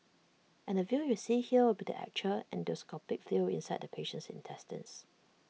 and the view you see here will be the actual endoscopic view inside the patient's intestines